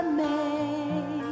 make